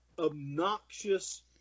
Obnoxious